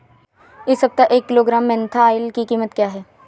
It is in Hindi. इस सप्ताह एक किलोग्राम मेन्था ऑइल की कीमत क्या है?